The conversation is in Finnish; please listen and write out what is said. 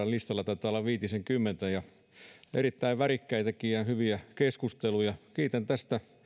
ja listalla taitaa olla viitisenkymmentä ja on ollut erittäin värikkäitäkin ja hyviä keskusteluja kiitän tästä